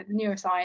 neuroscience